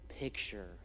picture